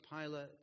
Pilate